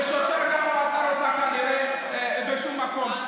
ושוטר גם לא עצר אותה כנראה בשום מקום,